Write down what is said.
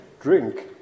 drink